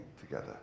together